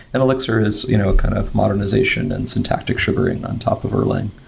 and elixir is you know kind of modernization and syntactic sugaring on top of erlang.